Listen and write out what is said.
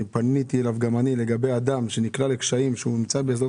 אני פניתי אליו בקשר לאדם שנקלע לקשיים - כשהוא פנה,